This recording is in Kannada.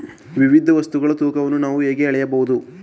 ವಿವಿಧ ವಸ್ತುಗಳ ತೂಕವನ್ನು ನಾವು ಹೇಗೆ ಅಳೆಯಬಹುದು?